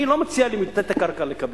אני לא מציע לתת את הקרקע לקבלנים.